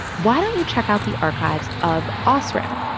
why don't you check out the archives of osram,